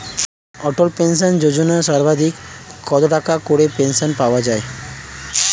অটল pension Yojana সর্বাধিক কত টাকা করে পেনশন পাওয়া যায়?